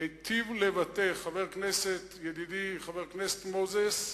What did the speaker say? לבטא ידידי חבר הכנסת מוזס,